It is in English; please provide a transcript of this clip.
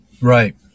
Right